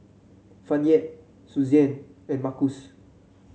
Fayette Susann and Markus